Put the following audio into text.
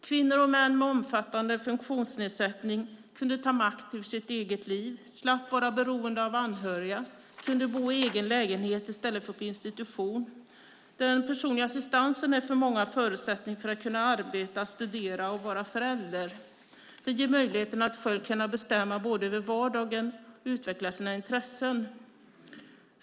Kvinnor och män med omfattande funktionsnedsättning kunde ta makt över sitt eget liv, slapp vara beroende av anhöriga och kunde bo i egen lägenhet i stället för på institution. Den personliga assistansen är för många förutsättningen för att kunna arbeta, studera och vara förälder. Den ger möjligheten att själv bestämma över vardagen och utveckla sina intressen.